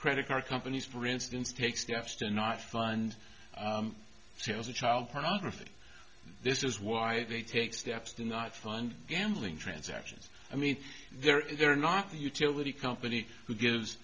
credit card companies for instance take steps to not fund sales of child pornography this is why they take steps to not fund gambling transactions i mean there is they're not utility company who gives